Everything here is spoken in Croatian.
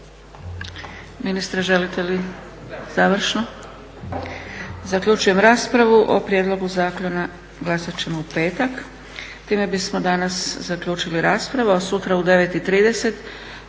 Ministre, želite li završno? Zaključujem raspravu. O prijedlogu zakona glasat ćemo u petak. Time bismo danas zaključili raspravu, a sutra u 9,30